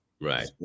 right